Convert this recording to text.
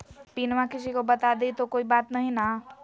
पिनमा किसी को बता देई तो कोइ बात नहि ना?